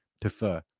prefer